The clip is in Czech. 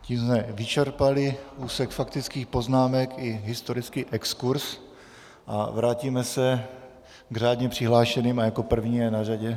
Tím jsme vyčerpali úsek faktických poznámek i historický exkurz a vrátíme se k řádně přihlášeným a jako první je na řadě...